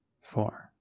four